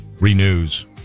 renews